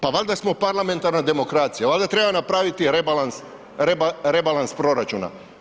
Pa valjda smo parlamentarna demokracija, valjda treba napraviti rebalans proračuna.